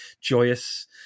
joyous